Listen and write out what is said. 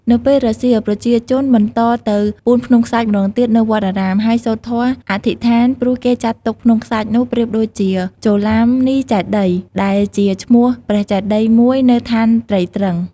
នៅពេលរសៀល ប្រជាជនបន្តទៅ ពូនភ្នំខ្សាច់ម្តងទៀតនៅវត្តអារាម ហើយសូត្រធម៌អធិដ្ឋាន ព្រោះគេចាត់ទុកភ្នំខ្សាច់នោះប្រៀបដូចជាចូឡាមនីចេតិយ ដែលជាឈ្មោះព្រះចេតិយ មួយនៅឋានត្រៃត្រិង្ស។